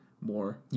more